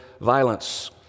violence